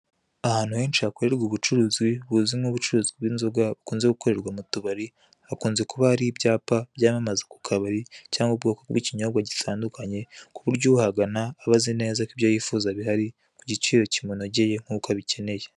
Ahantu henshi hakorerwa ubucuruzi buzwi nk'ubucuruzi bw'inzoga bukunze gukorerwa mu tubari, hakunze kuba ibyapa byamamaza ku kabari, cyangwa ubwoko bw'ikinyobwa gitandukaneye, ku buryo uhagana aba azi neza ko ibyo yifuza bihari ku giciro cyiza kimunogeye nk'uko abikeneye.